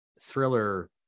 thriller